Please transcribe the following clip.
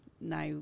now